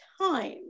time